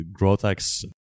GrowthX